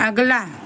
अगला